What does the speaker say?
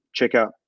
checkout